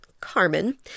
Carmen